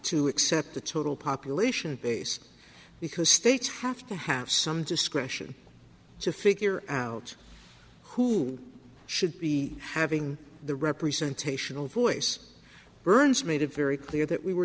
to accept the total population base because states have to have some discretion to figure out who should be having the representational voice urns made it very clear that we were